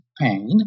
pain